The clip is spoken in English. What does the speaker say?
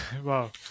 Wow